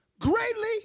Greatly